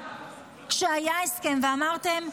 כשהיה הסכם, ואמרתם: